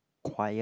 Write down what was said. quiet